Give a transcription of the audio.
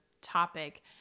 topic